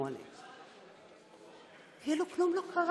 1998. כאילו כלום לא קרה.